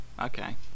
okay